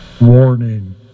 Warning